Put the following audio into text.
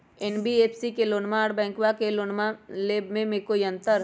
NBFC से लोनमा आर बैंकबा से लोनमा ले बे में कोइ अंतर?